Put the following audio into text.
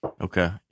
Okay